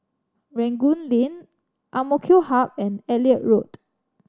Rangoon Lane AMK Hub and Elliot Road